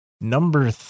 number